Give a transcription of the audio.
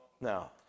No